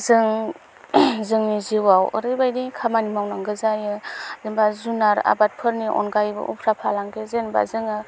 जों जोंनि जिउआव ओरैबायदि खामानि मावनांगौ जायो जेनबा जुनार आबादफोरनि अनगायैबो उफ्रा फालांगि जेनबा जोङो